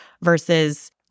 versus